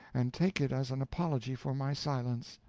and take it as an apology for my silence,